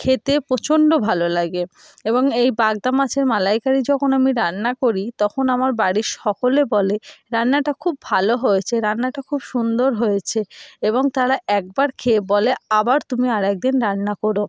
খেতে প্রচণ্ড ভালো লাগে এবং এই বাগদা মাছের মালাইকারি যখন আমি রান্না করি তখন আমার বাড়ির সকলে বলে রান্নাটা খুব ভালো হয়েছে রান্নাটা খুব সুন্দর হয়েছে এবং তারা একবার খেয়ে বলে আবার তুমি আর এক দিন রান্না কোরো